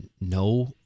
no